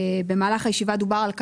במהלך הישיבה דובר על כך,